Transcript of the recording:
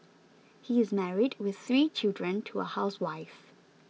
he is married with three children to a housewife